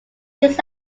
years